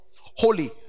Holy